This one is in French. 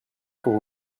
pour